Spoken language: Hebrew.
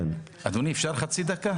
אדוני, אפשר חצי דקה הודעה?